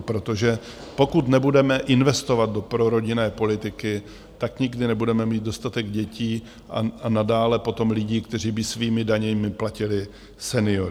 Protože pokud nebudeme investovat do prorodinné politiky, tak nikdy nebudeme mít dostatek dětí a nadále potom lidí, kteří by svými daněmi platili seniory.